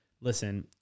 listen